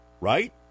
Right